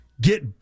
get